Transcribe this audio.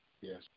Yes